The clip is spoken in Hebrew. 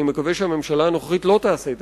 אני מקווה שהממשלה הנוכחית לא תעשה את